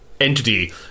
Entity